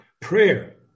Prayer